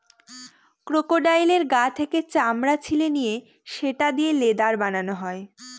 ক্রোকোডাইলের গা থেকে চামড়া ছিলে নিয়ে সেটা দিয়ে লেদার বানানো হয়